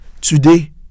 Today